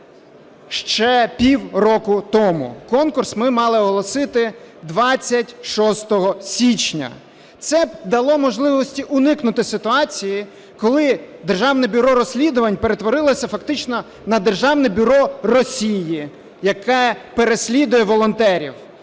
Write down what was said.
ще півроку тому. Конкурс ми мали оголосити 26 січня. Це б дало можливості уникнути ситуації, коли Державне бюро розслідувань перетворилося фактично на "державне бюро Росії", яке переслідує волонтерів,